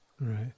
Right